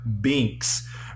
Binks